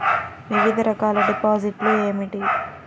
వివిధ రకాల డిపాజిట్లు ఏమిటీ?